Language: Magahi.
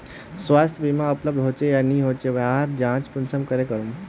स्वास्थ्य बीमा उपलब्ध होचे या नी होचे वहार जाँच कुंसम करे करूम?